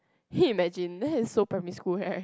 can you imagine that is so primary school right